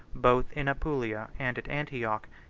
both in apulia and at antioch,